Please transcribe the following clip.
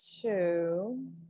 two